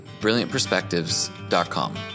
BrilliantPerspectives.com